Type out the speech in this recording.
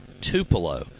Tupelo